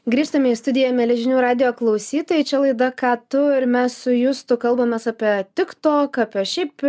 grįžtame į studiją mieli žinių radijo klausytojai čia laida ką tu ir mes su justu kalbamės apie tik tok apie šiaip